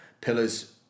pillars